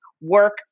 work